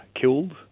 killed